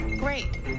Great